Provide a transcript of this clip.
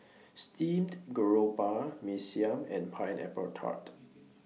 Steamed Garoupa Mee Siam and Pineapple Tart